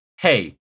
hey